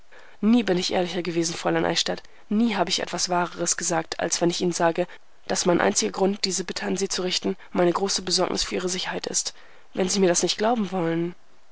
nie bin ich ehrlicher gewesen fräulein eichstädt nie habe ich etwas wahreres gesagt als wenn ich ihnen sage daß mein einziger grund diese bitte an sie zu richten meine große besorgnis für ihre sicherheit ist wenn sie mir das nicht glauben wollen